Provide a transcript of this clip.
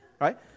right